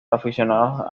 aficionados